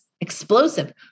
explosive